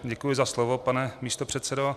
Děkuji za slovo, pane místopředsedo.